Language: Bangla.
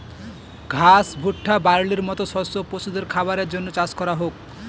ঘাস, ভুট্টা, বার্লির মতো শস্য পশুদের খাবারের জন্য চাষ করা হোক